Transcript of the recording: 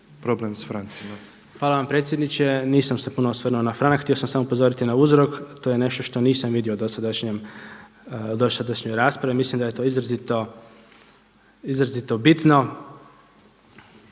Vilibor (Živi zid)** Hvala vam predsjedniče. Nisam se puno osvrnuo na franak, htio sam samo upozoriti na uzrok. To je nešto što nisam vidio u dosadašnjoj raspravi. Mislim da je to izrazito bitno.